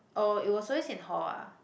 oh it was always in hall ah